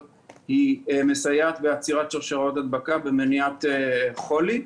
מסייעת בעצירת שרשראות הדבקה ומניעת חולי,